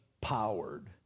powered